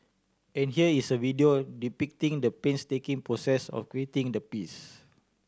and here is a video depicting the painstaking process of creating the piece